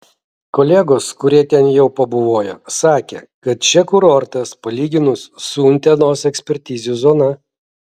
kolegos kurie ten jau pabuvojo sakė kad čia kurortas palyginus su utenos ekspertizių zona